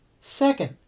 Second